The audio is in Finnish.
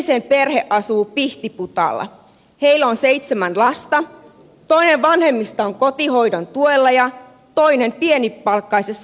niemisen perhe asuu pihtiputaalla heillä on seitsemän lasta toinen vanhemmista on kotihoidon tuella ja toinen pienipalkkaisessa työssä